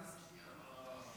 1,000 מול שניים, 2,000 מול שניים.